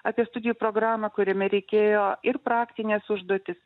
apie studijų programą kuriame reikėjo ir praktines užduotis